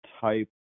type